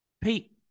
Pete